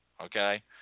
okay